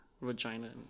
vagina